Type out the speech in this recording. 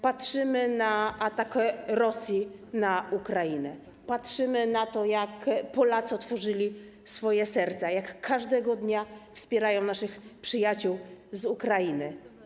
Patrzymy na atak Rosji na Ukrainę, patrzymy na to, jak Polacy otworzyli swoje serca, jak każdego dnia wspierają naszych przyjaciół z Ukrainy.